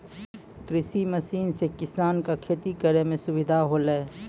कृषि मसीन सें किसान क खेती करै में सुविधा होलय